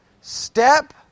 Step